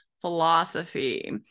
philosophy